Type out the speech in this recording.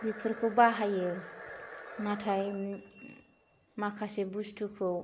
बिफोरखौ बाहायो नाथाय माखासे बुस्तुखौ